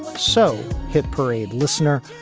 so hit parade listener,